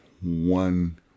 one